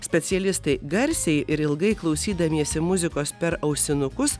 specialistai garsiai ir ilgai klausydamiesi muzikos per ausinukus